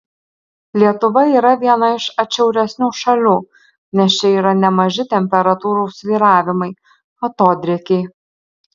lietuva yra viena iš atšiauresnių šalių nes čia yra nemaži temperatūrų svyravimai atodrėkiai